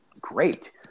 great